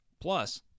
Plus